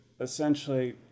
essentially